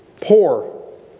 poor